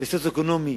במצב סוציו-אקונומי